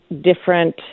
different